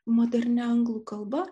modernia anglų kalba